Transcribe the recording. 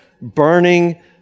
burning